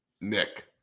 Nick